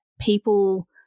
people